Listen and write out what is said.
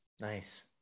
nice